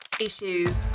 issues